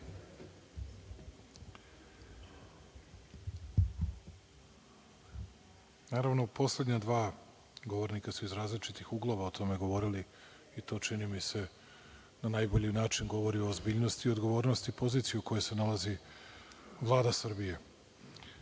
Naravno, poslednja dva govornika su iz različitih uglova o tome govorili i to, čini mi se, na najbolji način govori o ozbiljnosti i odgovornosti pozicije u kojoj se nalazi Vlada Srbije. Što